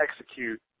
execute